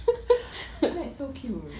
ya so cute